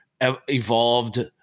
evolved